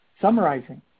Summarizing